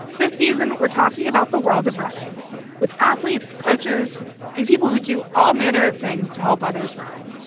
this season, we're talking about the world of running with athletes, coaches and people who do all manner of things to help others run.